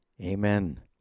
Amen